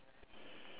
ya